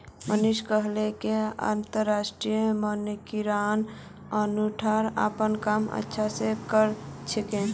मनीषा कहले कि अंतरराष्ट्रीय मानकीकरण संगठन अपनार काम अच्छा स कर छेक